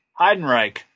Heidenreich